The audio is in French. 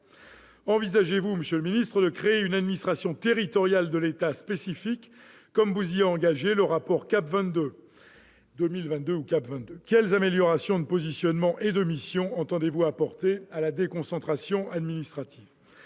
Envisagez-vous, monsieur le ministre, de créer une administration territoriale de l'État spécifique, comme vous y a engagé le rapport CAP 2022 ? Quelles améliorations de positionnement et de missions entendez-vous apporter à la déconcentration administrative ?